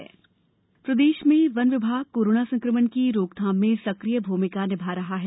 one मंत्रालय सहयोग प्रदेश में वन विभा कोरोना संक्रमण की रोकथाम में सक्रिय भूमिका निभा रहा है